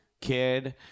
kid